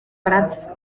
prats